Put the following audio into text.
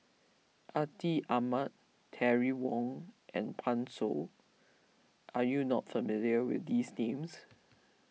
Atin Amat Terry Wong and Pan Shou are you not familiar with these names